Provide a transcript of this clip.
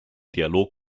dialog